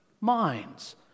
minds